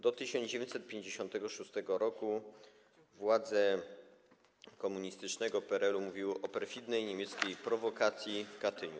Do 1956 r. władze komunistycznego PRL-u mówiły o „perfidnej niemieckiej prowokacji w Katyniu”